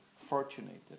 fortunate